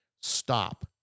Stop